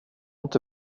inte